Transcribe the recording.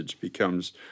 becomes